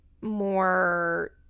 more